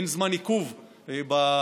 אין זמן עיכוב בתהליך,